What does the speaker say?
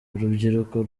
urubyiruko